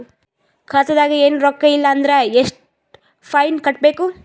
ಖಾತಾದಾಗ ಏನು ರೊಕ್ಕ ಇಲ್ಲ ಅಂದರ ಎಷ್ಟ ಫೈನ್ ಕಟ್ಟಬೇಕು?